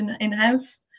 in-house